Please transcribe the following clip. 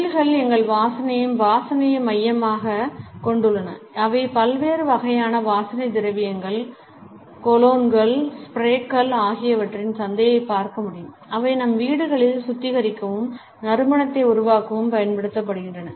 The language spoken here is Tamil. தொழில்கள் எங்கள் வாசனையையும் வாசனையையும் மையமாகக் கொண்டுள்ளன அவை பல்வேறு வகையான வாசனை திரவியங்கள் கொலோன்கள் ஸ்ப்ரேக்கள் ஆகியவற்றிற்கான சந்தையைப் பார்க்க முடியும் அவை நம் வீடுகளில் சுத்திகரிக்கவும் நறுமணத்தை உருவாக்கவும் பயன்படுத்துகின்றன